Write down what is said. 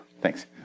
Thanks